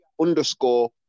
underscore